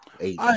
eight